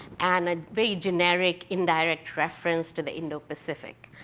and a very generic indirect reference to the indo-pacific.